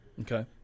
okay